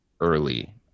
early